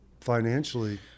financially